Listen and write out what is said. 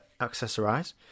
Accessorize